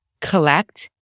collect